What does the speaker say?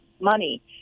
money